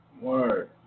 Word